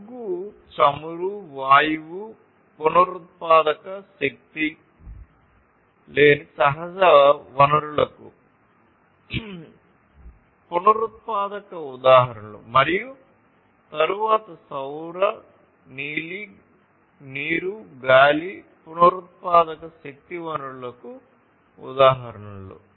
బొగ్గు చమురు వాయువు పునరుత్పాదక శక్తి లేని సహజ వనరులకు పునరుత్పాదక ఉదాహరణలు మరియు తరువాత సౌర నీరు గాలి పునరుత్పాదక శక్తి వనరులకు ఉదాహరణలు